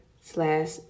slash